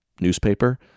newspaper